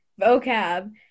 vocab